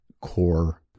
core